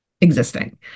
existing